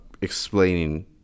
explaining